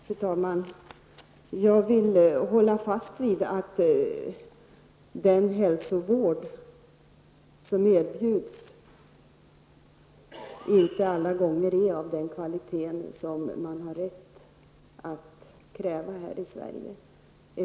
Fru talman! Jag vill hålla fast vid att den hälsovård som erbjuds inte alltid är av den kvalitet som man har rätt att kräva i Sverige.